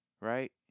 Right